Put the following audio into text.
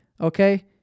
okay